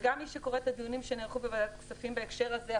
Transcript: וגם מי שקורא את הדיונים שנערכו בוועדת הכספים בהקשר הזה,